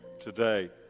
today